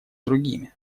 другими